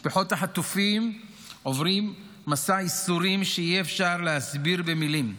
משפחות החטופים עוברות מסע ייסורים שאי-אפשר להסביר במילים,